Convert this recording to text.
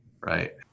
right